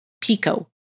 Pico